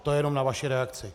To jenom na vaši reakci.